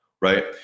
Right